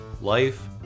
life